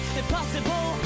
impossible